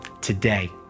Today